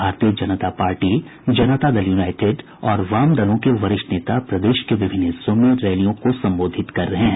भारतीय Janata party Janata Dal United और वामदलों के वरिष्ठ नेता प्रदेश के विभिन्न हिस्सों में रैलियों को संबोधित कर रहे हैं